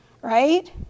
right